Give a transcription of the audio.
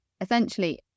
essentially